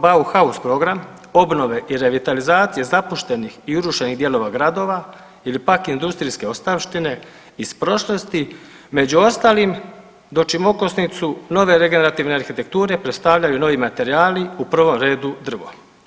bauhaus program obnove i revitalizacije zapuštenih i urušenih dijelova gradova ili pak industrijske ostavštine iz prošlosti među ostalim dočim okosnicu nove regerativne arhitekture predstavljaju novi materijali u prvom redu drvo.